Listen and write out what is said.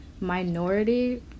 minority